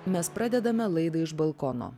mes pradedame laidą iš balkono